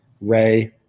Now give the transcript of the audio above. Ray